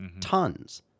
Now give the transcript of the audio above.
tons